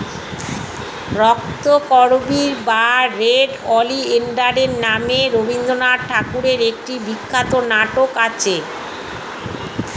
রক্তকরবী বা red oleander নামে রবিন্দ্রনাথ ঠাকুরের একটি বিখ্যাত নাটক আছে